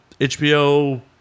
HBO